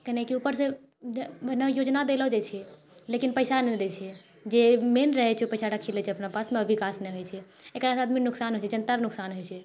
कनि कि ऊपरसँ योजना देलो जाइ छै लेकिन पैसा नहि दै छै जे मेन रहै छै ओ पैसा राखि लै छै अपना पासमे आओर विकास नहि होइ छै एकरासँ आदमी र नुकसान होइ छै जनता र नुकसान होइ छै